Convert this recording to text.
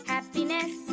Happiness